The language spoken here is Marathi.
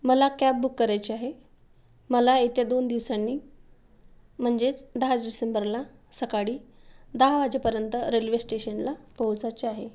मला कॅब बुक करायची आहे मला येत्या दोन दिवसांनी म्हणजेच दहा दिसेंबरला सकाळी दहा वाजेपर्यंत रेल्वे स्टेशनला पोहचायचे आहे